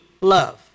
love